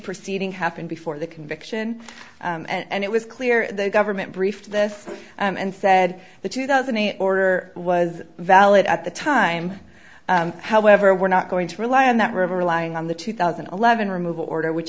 proceeding happened before the conviction and it was clear the government briefed this and said the two thousand eight order was valid at the time however we're not going to rely on that river relying on the two thousand and eleven removal order which